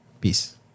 Peace